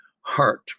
heart